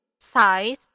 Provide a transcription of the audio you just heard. size